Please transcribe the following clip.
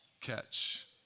catch